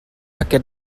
aquest